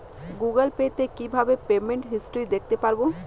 Google pay তে কিভাবে payment history দেখতে পারবো?